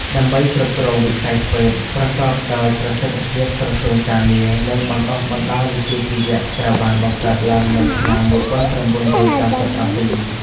ដើម្បីគ្រប់គ្រងវិស័យ ធ្វេត TVET ប្រកបដោយប្រសិទ្ធភាពក្រសួងការងារ និងបណ្ដុះបណ្ដាលវិជ្ជាជីវៈ ត្រូវបានបង្កើតឡើងនៅឆ្នាំ ១៩៩៧។